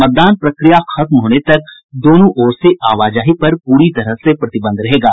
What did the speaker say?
मतदान प्रक्रिया खत्म होने तक दोनों ओर से आवाजाही पर पूरी तरह से प्रतिबंध रहेगा